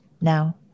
now